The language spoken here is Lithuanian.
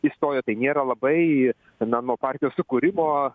įstojo tai nėra labai na nuo partijos sukūrimo